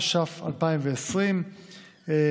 התש"ף 2020,